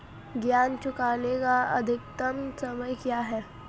ऋण चुकाने का अधिकतम समय क्या है?